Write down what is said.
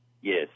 yes